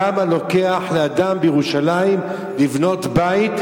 כמה לוקח לאדם בירושלים לבנות בית,